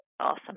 awesome